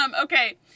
okay